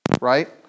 right